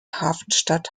hafenstadt